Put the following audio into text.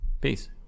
Peace